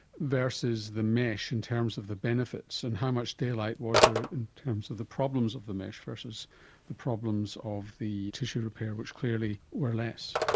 versus the mesh in terms of the benefits, and how much daylight was there in terms of the problems of the mesh versus the problems of the tissue repair, which clearly were less.